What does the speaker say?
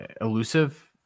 elusive